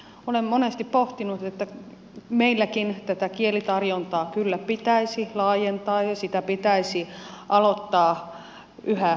olen monesti pohtinut että meilläkin tätä kielitarjontaa kyllä pitäisi laajentaa ja sitä pitäisi aloittaa yhä nuorempana